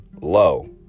low